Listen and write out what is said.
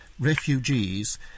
refugees